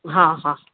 हा हा